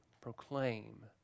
proclaim